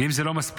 ואם זה לא מספיק,